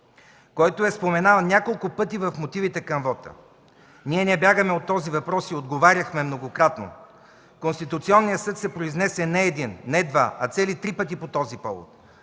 който е споменаван няколко пъти в мотивите към вота. Ние не бягаме от този въпрос и отговаряхме многократно. Конституционният съд се произнесе не един, не два, а цели три пъти по този повод.